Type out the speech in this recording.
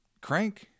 crank